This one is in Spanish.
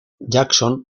jackson